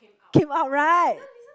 came out right